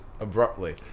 abruptly